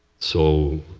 so